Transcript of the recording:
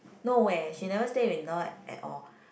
no eh she never stay with in law at all